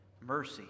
mercy